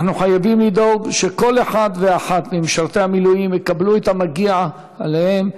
אנחנו חייבים לדאוג שכל אחד ואחת ממשרתי המילואים יקבלו את המגיע להם,